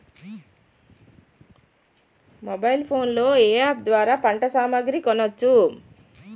Mobile phone లో ఏ app ద్వారా పంట సామాగ్రి కొనచ్చు?